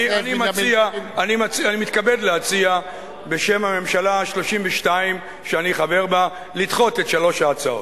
אני מתכבד להציע בשם הממשלה ה-32 שאני חבר בה לדחות את שלוש ההצעות.